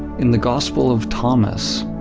in the gospel of thomas,